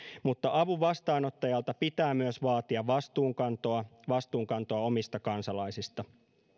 mutta avun vastaanottajalta pitää myös vaatia vastuunkantoa vastuunkantoa omista kansalaisistaan